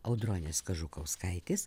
audronės kažukauskaitės